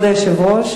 כבוד היושב-ראש,